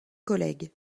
collègues